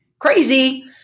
crazy